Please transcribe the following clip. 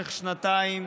במשך שנתיים,